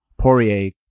Poirier